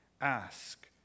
ask